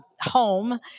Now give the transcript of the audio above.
home